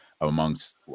amongst